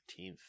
15th